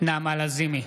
נעמה לזימי,